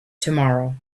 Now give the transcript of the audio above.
tomorrow